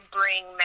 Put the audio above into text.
bring